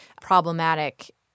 problematic